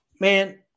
Man